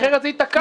אחרת זה ייתקע.